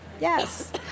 yes